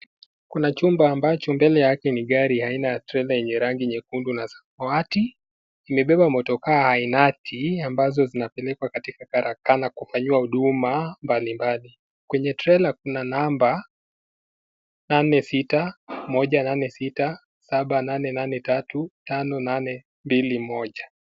Kuna chumba ambacho mbele yake ni gari aina ya trela yenye rangi nyekundu samawati, imebeba motokaa ainati ambazo zinapelekwa katika karakana kufanyiwa huduma mbalimbali, kwenye trela namba nane sita, moja nane sita, saba nane nane tatu, tano nane mbili moja.